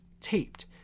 taped